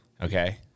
Okay